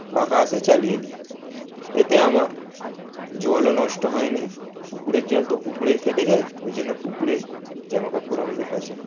পাখা আসে চালিয়ে দিই এতে আমার জলও নষ্ট হয় না পুকুরের জল তো পুকুরেই থেকে যায় ওই জন্য পুকুরে জামা কাপড় আমাদের কাচা হয়